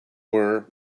were